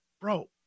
bro